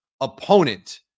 opponent